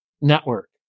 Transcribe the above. network